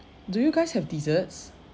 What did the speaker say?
do you guys have desserts